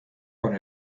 con